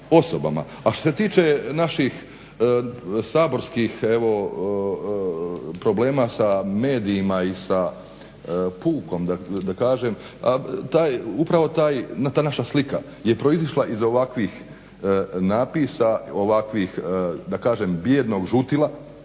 A što se tiče naših saborskih evo problema sa medijima i sa pukom da kažem upravo ta naša slika je proizašla iz ovakvih napisa, ovakvih da kažem bijednog žutila